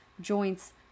joints